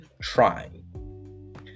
trying